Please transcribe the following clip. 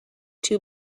too